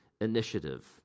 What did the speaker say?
initiative